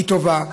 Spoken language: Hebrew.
זה טוב,